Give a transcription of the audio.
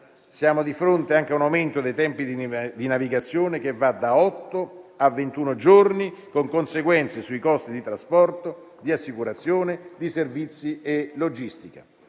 Siamo di fronte anche a un aumento dei tempi di navigazione, che va da otto a ventuno giorni, con conseguenze sui costi di trasporto, di assicurazione, di servizi e logistica;